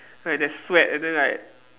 like there's sweat and then like